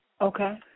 Okay